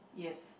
yes